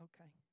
Okay